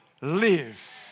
live